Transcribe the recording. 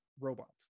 robots